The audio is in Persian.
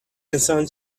انسان